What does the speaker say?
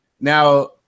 now